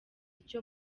icyo